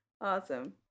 Awesome